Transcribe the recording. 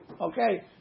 Okay